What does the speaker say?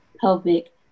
pelvic